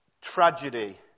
tragedy